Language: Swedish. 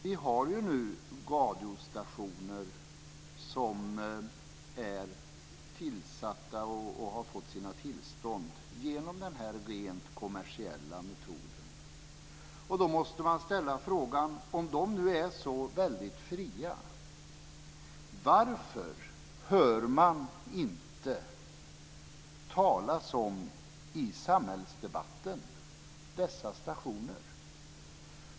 Vi har ju nu radiostationer som har fått sina tillstånd genom den rent kommersiella metoden. Då måste man ställa frågan: Om de nu är så väldigt fria, varför hör man inte talas om dessa stationer i samhällsdebatten?